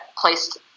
placed